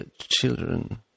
children